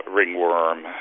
ringworm